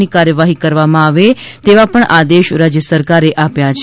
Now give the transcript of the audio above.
ની કાર્યવાહી કરવામાં આવે તેવા પણ આદેશ રાજ્ય સરાકરે આપ્યા છે